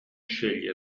sceglie